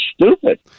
stupid